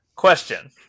question